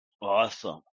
Awesome